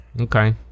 okay